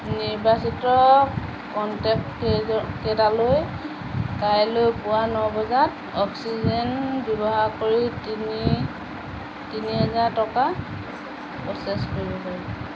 নিৰ্বাচিত কনটেক্ট কেইটা কেইটালৈ পুৱা ন বজাত অক্সিজেন ব্যৱহাৰ কৰি তিনি তিনি হাজাৰ টকা প্ৰ'চেছ কৰিব